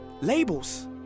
labels